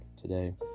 today